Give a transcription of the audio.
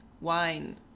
wine